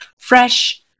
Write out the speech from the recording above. fresh